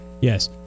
Yes